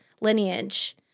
lineage